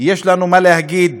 יש לנו מה להגיד